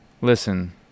listen